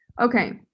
Okay